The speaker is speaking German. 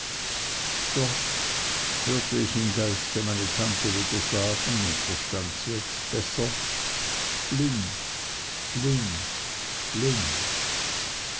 trot hörte ich im geiste meine tante wieder sagen und verstand sie jetzt besser blind blind blind